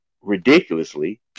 ridiculously